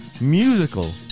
musical